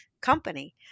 company